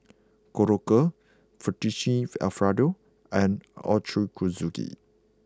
Korokke Fettuccine Alfredo and Ochazuke